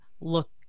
look